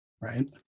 right